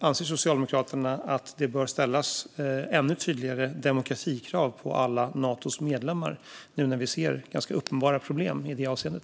Anser Socialdemokraterna att det bör ställas ännu tydligare demokratikrav på alla Natos medlemmar nu när vi ser ganska uppenbara problem i det avseendet?